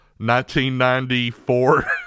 1994